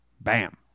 Bam